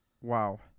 Wow